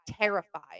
terrified